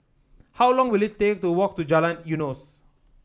how long will it take to walk to Jalan Eunos